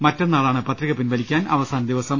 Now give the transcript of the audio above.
മറ്റന്നാളാണ് പത്രിക പിൻവലിക്കാൻ അവസാന ദിവസം